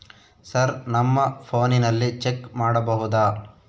Sir ನಮ್ಮ ಫೋನಿನಲ್ಲಿ check ಮಾಡಬಹುದಾ?